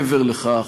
מעבר לכך,